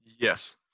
Yes